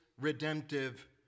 redemptive